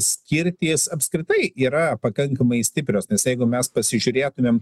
skirtys apskritai yra pakankamai stiprios nes jeigu mes pasižiūrėtumėm